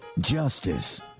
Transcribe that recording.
justice